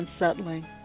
unsettling